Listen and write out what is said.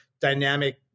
Dynamic